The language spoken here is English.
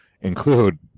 include